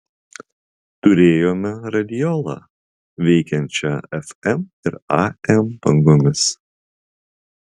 turėjome radiolą veikiančią fm ir am bangomis